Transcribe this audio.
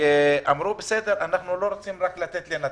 אמרו לנו: בסדר, אנחנו לא רוצים לתת רק לנצרת,